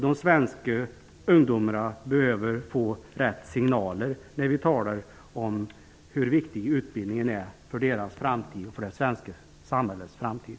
De svenska ungdomarna behöver få signaler genom att vi talar om hur viktig utbildningen är för deras framtid och för det svenska samhällets framtid.